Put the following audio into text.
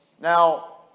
Now